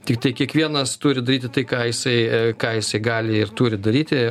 tiktai kiekvienas turi daryti tai ką jisai ką jisai gali ir turi daryti